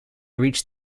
reached